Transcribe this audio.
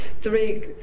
three